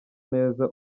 neza